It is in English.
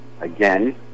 Again